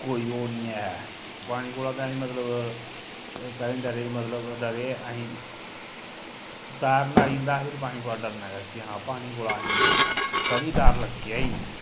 कोई ओह् निं ऐ ते पानी कोला दा अहीं मतलब कदें डरे मतलब डरे अहीं तैरना आई जंदा हा फिर पानी कोला डरना कैसी हा पानी कोला असें गी कदें डर लग्गेआ ई नेईं